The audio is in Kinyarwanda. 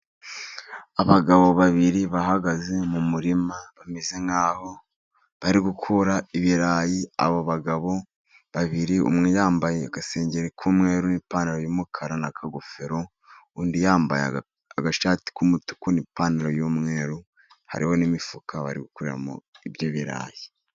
Abagabo babiri bahagaze mu murima bameze nk'aho bari gukura ibirayi. Abo bagabo babiri umwe yambaye agasengeri k'umweru n'ipantaro y'umukara n'akagofero, undi yambaye agashati k'umutuku n'ipantaro y'umweru hariho n'imifuka bari gukuramo ibyo birayi.